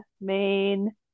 main